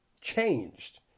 changed